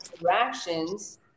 interactions